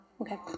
Okay